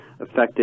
effective